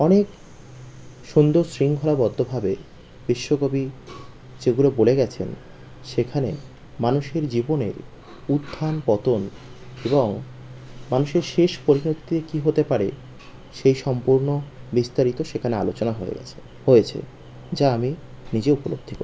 অনেক সুন্দর শৃঙ্খলাবদ্ধভাবে বিশ্বকবি যেগুলো বলে গেছেন সেখানে মানুষের জীবনের উত্থানপতন এবং মানুষের শেষ পরিণতি কী হতে পারে সেই সম্পূর্ণ বিস্তারিত সেখানে আলোচনা হয়ে গেছে হয়েছে যা আমি নিজে উপলব্ধি করি